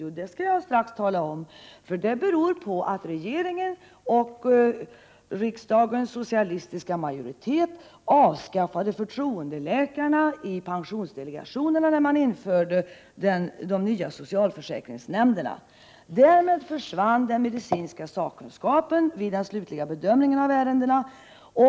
Jo, den beror på att regeringen och riksdagens socialistiska majoritet avskaffade förtroendeläkarna i pensionsdelegationerna när de nya socialförsäkringsnämnderna infördes. Därmed försvann den medicinska sakkunskapen vid den slutliga bedömningen av ärendena.